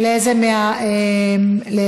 הוא יכול לקיים דיון,